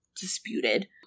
disputed